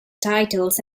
titles